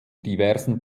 diversen